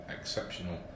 exceptional